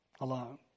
alone